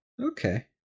Okay